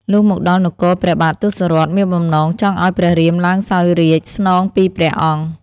លុះមកដល់នគរព្រះបាទ ទសរថ មានបំណងចង់ឱ្យព្រះរាមឡើយសោយរាជ្យស្នងពីព្រះអង្គ។